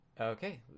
Okay